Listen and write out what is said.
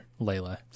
layla